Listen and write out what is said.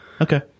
okay